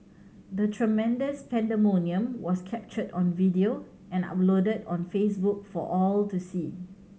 the tremendous pandemonium was captured on video and uploaded on Facebook for all to see